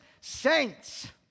saints